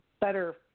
better